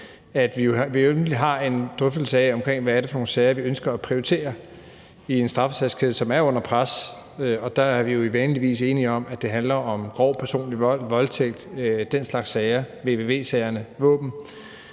har en drøftelse af, hvad det er for nogle sager, vi ønsker at prioritere i en straffesagskæde, som er under pres. Der er vi jo på vanlig vis enige om, at det handler om grov personlig vold, voldtægt, våben og den slags sager, vvv-sagerne, som